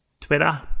Twitter